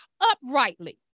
uprightly